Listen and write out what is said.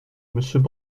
monsieur